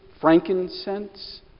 frankincense